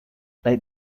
like